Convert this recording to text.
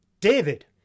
David